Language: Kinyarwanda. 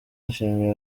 yashimiye